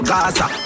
Gaza